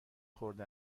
خورده